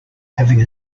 having